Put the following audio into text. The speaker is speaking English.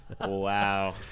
Wow